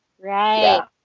right